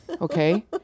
Okay